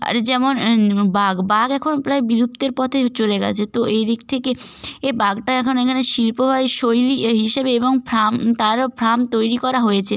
আর যেমন বাঘ বাঘ এখন প্রায় বিলুপ্তির পথে চলে গেছে তো এই দিক থেকে এই বাঘটা এখন এখানে শিল্প বা এই শৈলী হিসেবে এবং ফার্ম তারও ফার্ম তৈরি করা হয়েছে